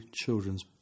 children's